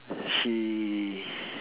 she's